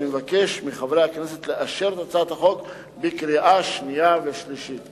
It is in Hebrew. ואני מבקש מחברי הכנסת לאשר אותה בקריאה השנייה ובקריאה השלישית.